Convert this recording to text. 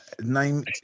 name